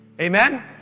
Amen